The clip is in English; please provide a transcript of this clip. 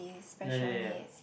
ya ya ya